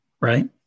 right